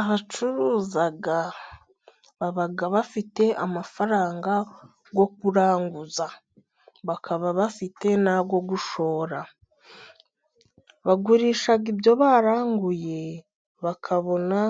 Abacuruza baba bafite amafaranga yo kuranguza bakaba bafite n'ayo gushora. Bagurisha ibyo baranguye bakabona